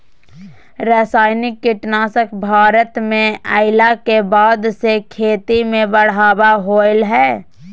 रासायनिक कीटनासक भारत में अइला के बाद से खेती में बढ़ावा होलय हें